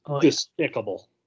despicable